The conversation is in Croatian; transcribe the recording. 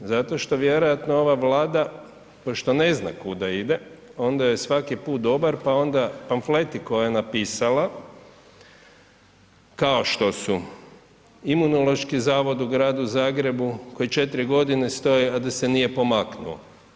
Zato što vjerovatno ova Vlada pošto ne zna kuda ide, onda je svaki put dobar pa onda pamfleti koji je napisala kao što su Imunološki zavod u gradu Zagrebu koji 4 g. stoji a da se nije pomaknuo.